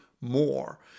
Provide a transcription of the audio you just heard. more